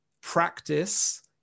practice